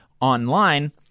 online